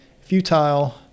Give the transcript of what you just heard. futile